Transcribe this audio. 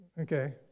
okay